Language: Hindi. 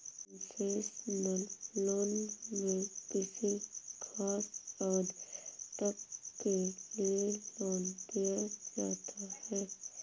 कंसेशनल लोन में किसी खास अवधि तक के लिए लोन दिया जाता है